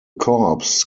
corps